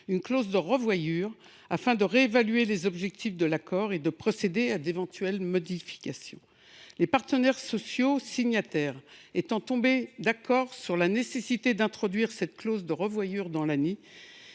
supérieure à un an, afin de réévaluer les objectifs de l’accord et de procéder à d’éventuelles modifications. Les partenaires sociaux signataires étant tombés d’accord sur la nécessité d’introduire cette clause de revoyure dans l’ANI,